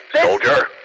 Soldier